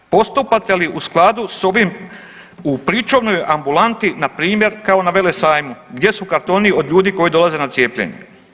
Postupate li u skladu s ovim u pričuvnoj ambulanti npr. kao na Velesajmu, gdje su kartoni od ljudi koji dolaze na cijepljenje?